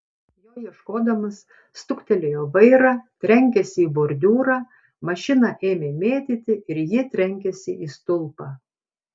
jo ieškodamas suktelėjo vairą trenkėsi į bordiūrą mašiną ėmė mėtyti ir ji trenkėsi į stulpą